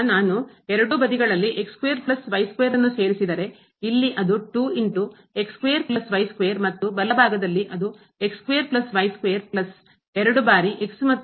ಈಗ ನಾನು ಎರಡೂ ಬದಿಗಳಲ್ಲಿ ನ್ನು ಸೇರಿಸಿದರೆ ಇಲ್ಲಿ ಅದು ಮತ್ತು ಬಲಭಾಗದಲ್ಲಿ ಅದು ಪ್ಲಸ್ 2 ಬಾರಿ ಮತ್ತು